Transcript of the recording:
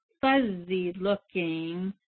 fuzzy-looking